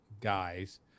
guys